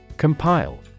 Compile